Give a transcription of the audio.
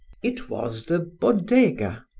it was the bodega.